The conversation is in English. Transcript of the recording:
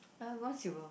uh we won silver